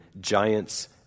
Giants